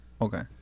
Okay